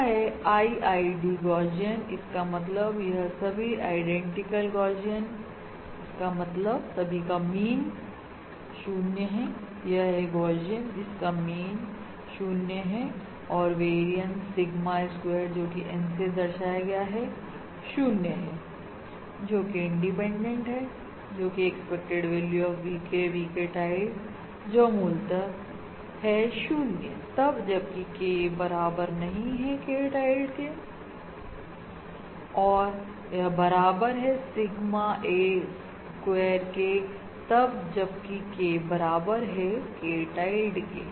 यह है IID गौशियनइसका मतलब यह सभी आईडेंटिकल गौशियन इसका मतलब सभी का मीन 0 है यह है गौशियन जिसका मीन 0 है और वेरियन सिग्मा स्क्वायर जोकि N से दर्शाया गया है 0 है जोकि इंडिपेंडेंट है जोकि है expected value of VK VK tilde जो मूलतः बराबर है 0 तब जबकि K बराबर नहीं है K tilde के और बराबर है सिगमा ए स्क्वेयर के तब जब K बराबर है K tilde के